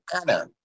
Anna